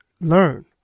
learn